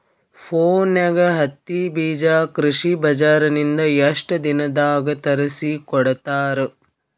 ಫೋನ್ಯಾಗ ಹತ್ತಿ ಬೀಜಾ ಕೃಷಿ ಬಜಾರ ನಿಂದ ಎಷ್ಟ ದಿನದಾಗ ತರಸಿಕೋಡತಾರ?